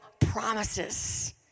promises